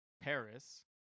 Paris